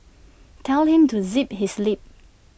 tell him to zip his lip